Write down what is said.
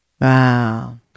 Wow